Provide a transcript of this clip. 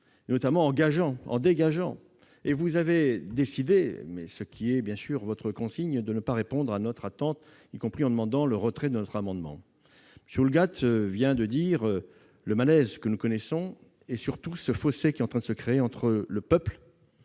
notamment en levant le gage. Or vous avez décidé, ce qui est bien sûr la consigne, de ne pas répondre à notre attente, y compris en demandant le retrait de notre amendement. M. Houllegatte vient de dire le malaise que connaît le pays, et surtout le fossé qui est en train de se créer entre le peuple